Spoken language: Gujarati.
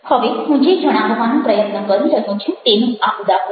હવે હું જે જણાવવાનો પ્રયત્ન કરી રહ્યો છું તેનું આ ઉદાહરણ છે